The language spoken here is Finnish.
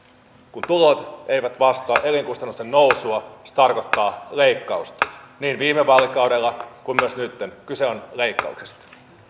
kun tulot eivät vastaa elinkustannusten nousua se tarkoittaa leikkausta niin viime vaalikaudella kuin myös nytten kyse on leikkauksesta